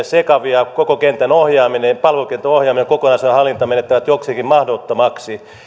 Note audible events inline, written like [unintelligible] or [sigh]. [unintelligible] sekavia koko kentän ohjaaminen ja palvelukentän ohjaaminen kokonaisuuden hallinta menevät jokseenkin mahdottomiksi